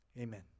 amen